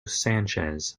sanchez